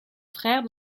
frère